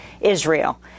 Israel